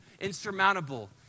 insurmountable